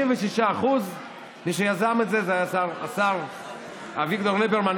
66%. מי שיזם את זה זה היה השר אביגדור ליברמן,